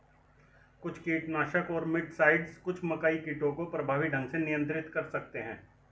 कुछ कीटनाशक और मिटसाइड्स कुछ मकई कीटों को प्रभावी ढंग से नियंत्रित कर सकते हैं